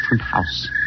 house